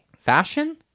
Fashion